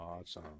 Awesome